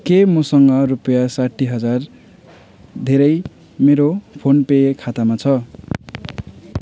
के मसँग रुपिया साठ्ठी हजार धेरै मेरो फोनपे खातामा छ